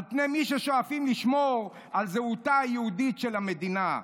פני מי ששואפים לשמור על זהותה היהודית של המדינה.